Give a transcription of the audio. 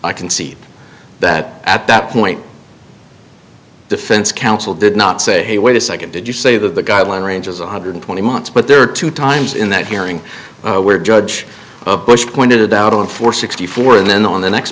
i can see that at that point defense counsel did not say hey wait a second did you say that the guideline range is one hundred twenty months but there are two times in that hearing where judge of bush pointed out on four sixty four and then on the next